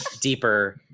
deeper